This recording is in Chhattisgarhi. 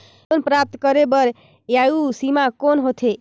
लोन प्राप्त करे बर आयु सीमा कौन होथे?